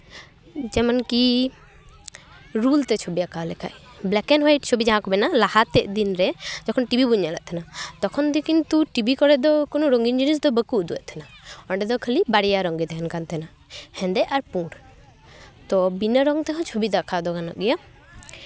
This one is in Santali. ᱡᱮᱢᱚᱱ ᱠᱤ ᱨᱩᱞ ᱛᱮ ᱪᱷᱚᱵᱤ ᱟᱸᱠᱟᱣ ᱞᱮᱠᱷᱟᱡ ᱵᱞᱮᱠᱮᱱ ᱦᱳᱣᱟᱭᱤᱴ ᱪᱷᱚᱵᱤ ᱡᱟᱦᱟᱸ ᱠᱚ ᱢᱮᱱᱟ ᱞᱟᱦᱟᱛᱮ ᱫᱤᱱ ᱨᱮ ᱡᱚᱠᱷᱚᱱ ᱴᱤᱵᱷᱤ ᱵᱚᱱ ᱧᱮᱞᱮᱫ ᱛᱟᱦᱮᱱᱟ ᱛᱚᱠᱷᱚᱱ ᱫᱚ ᱠᱤᱱᱛᱩ ᱴᱤᱵᱷᱤ ᱠᱚᱨᱮᱜ ᱫᱚ ᱠᱚᱱᱚ ᱨᱚᱝᱜᱤᱱ ᱡᱤᱱᱤᱥ ᱫᱚ ᱵᱟᱠᱚ ᱩᱫᱩᱜ ᱮᱜ ᱛᱟᱦᱮᱱᱟ ᱚᱸᱰᱮ ᱫᱚ ᱠᱷᱟᱹᱞᱤ ᱵᱟᱨᱭᱟ ᱨᱚᱝ ᱜᱮ ᱛᱟᱦᱮᱱ ᱠᱟᱱ ᱛᱟᱦᱮᱱᱟ ᱦᱮᱸᱫᱮ ᱟᱨ ᱯᱩᱸᱰ ᱛᱳ ᱵᱤᱱᱟ ᱨᱚᱝ ᱛᱮᱦᱚᱸ ᱪᱷᱚᱵᱤ ᱫᱚ ᱟᱸᱠᱟᱣ ᱫᱚ ᱜᱟᱱᱚᱜ ᱜᱮᱭᱟ